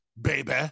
baby